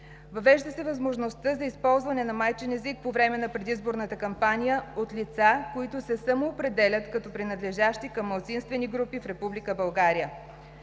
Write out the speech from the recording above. Въвежда се възможността за използването на майчин език по време на предизборната кампания от лица, които се самоопределят като принадлежащи към малцинствени групи в